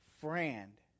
friend